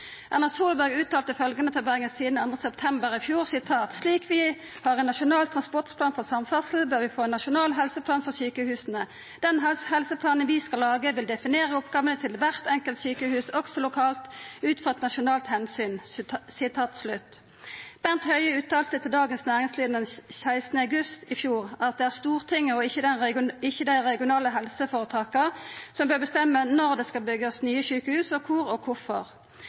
Erna Solberg sa følgjande til Bergens Tidende 2. september i fjor: «Slik vi har en nasjonal transportplan for samferdsel, bør vi få en nasjonal helseplan for sykehusene.» Artikkelen sa vidare: «den helseplanen de skal lage vil definere oppgavene til hvert enkelt sykehus, også lokalt, ut fra et nasjonalt hensyn.» Bent Høie sa til Dagens Næringsliv den 16. august i fjor at det er Stortinget, ikkje dei regionale helseføretaka som bør bestemme når det skal byggjast nye sjukehus, og kor og